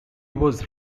was